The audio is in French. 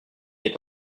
est